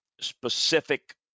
specific